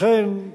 לכן,